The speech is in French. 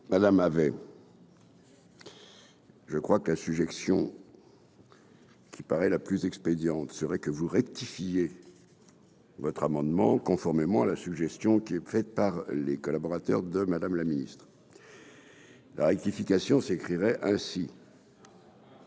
Madame avait. Je crois qu'un sujet action. Qui paraît la plus expédiant c'est vrai que vous rectifiez votre amendement conformément à la suggestion qui est fait par les collaborateurs de Madame la Ministre, la rectification s'écrivait ainsi.